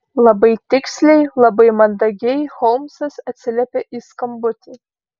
labai tiksliai labai mandagiai holmsas atsiliepė į skambutį